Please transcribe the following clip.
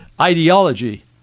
ideology